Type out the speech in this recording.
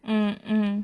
mm mm